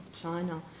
China